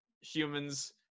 humans